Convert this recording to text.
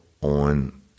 on